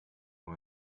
nur